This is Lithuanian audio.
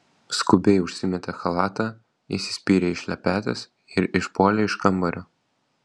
skubiai užsimetė chalatą įsispyrė į šlepetes ir išpuolė iš kambario